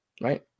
Right